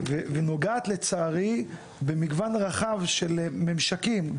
ונוגעת לצערי במגוון רחב של ממשקים,